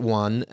one